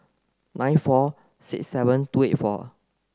nine four six seven two eight four